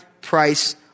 price